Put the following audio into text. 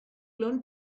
learn